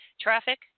traffic